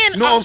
no